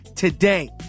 Today